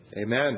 amen